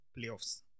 playoffs